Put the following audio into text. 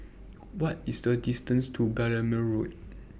What IS The distance to Balmoral Road